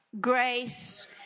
grace